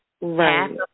Right